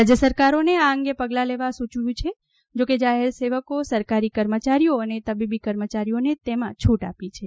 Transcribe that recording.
રાજય સરકારોને આ અંગે પગલાં લેવા સૂચવ્યું છે જો કે જાહેર સેવકો સરકારી કર્મચારીઓ અ તબીબી કર્મચારીઓને તેમાં છુટ આપી છે